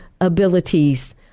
abilities